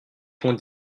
pont